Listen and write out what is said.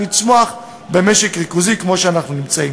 לצמוח במשק ריכוזי כמו זה שאנחנו נמצאים